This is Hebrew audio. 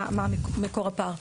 מה מקור הפער.